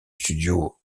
studio